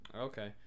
Okay